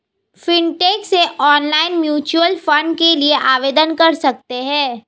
fintech से online mutual fund के लिए आवेदन कर सकते हैं